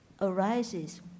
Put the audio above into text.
arises